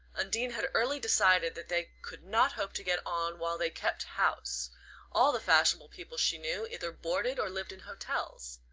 undine had early decided that they could not hope to get on while they kept house all the fashionable people she knew either boarded or lived in hotels.